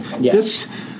Yes